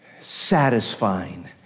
satisfying